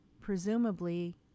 presumably